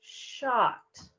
shocked